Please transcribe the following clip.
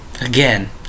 Again